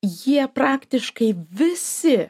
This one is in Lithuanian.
jie praktiškai visi